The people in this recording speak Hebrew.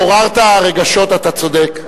עוררת רגשות, אתה צודק.